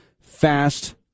Fast